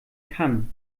kann